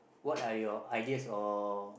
what are your ideas or